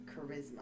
charisma